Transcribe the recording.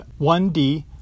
1D